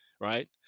right